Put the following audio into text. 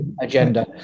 Agenda